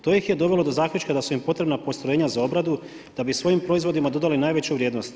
To ih je dovelo do zaključka da su im potrebna postrojenja za obradu da bi svojim proizvodima dodali najveću vrijednost.